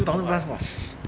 two thousand plus !wah! shit